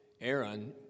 Aaron